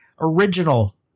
original